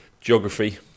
geography